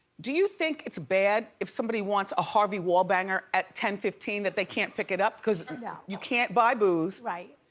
do you think it's bad if somebody wants a harvey wallbanger at ten fifteen that they can't pick it up, cause yeah you can't buy booze? right.